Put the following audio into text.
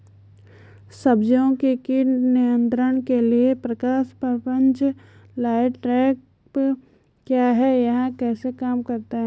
सब्जियों के कीट नियंत्रण के लिए प्रकाश प्रपंच लाइट ट्रैप क्या है यह कैसे काम करता है?